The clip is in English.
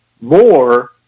more